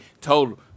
told